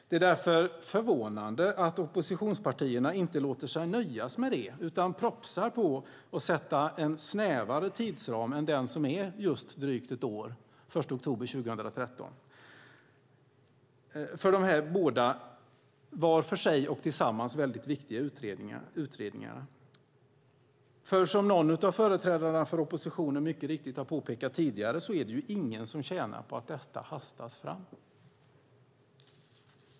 Det är förvånande att oppositionspartierna inte låter sig nöjas med det utan propsar på att sätta en snävare tidsram än den som är drygt ett år och sträcker sig till den 1 oktober 2013 för de här båda var för sig och tillsammans mycket viktiga utredningarna. Som någon av företrädarna för oppositionen mycket riktigt har påpekat tidigare är det ingen som tjänar på att detta hastas fram.